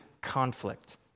conflict